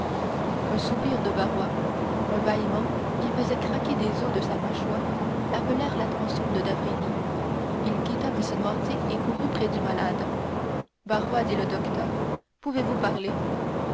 un soupir de barrois un bâillement qui faisait craquer des os de sa mâchoire appelèrent l'attention de d'avrigny il quitta m noirtier et courut près du malade barrois dit le docteur pouvez-vous parler